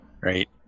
right